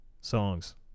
songs